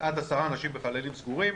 עד עשרה אנשים בחללים סגורים,